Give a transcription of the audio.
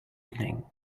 evening